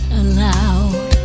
aloud